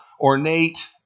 ornate